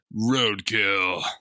Roadkill